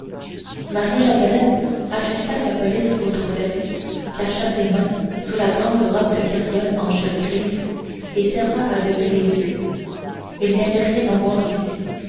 maria chapdelaine ajusta sa pelisse autour d'elle cacha ses mains sous la grande robe de carriole en chèvre grise et ferma à demi les yeux il n'y avait rien à voir ici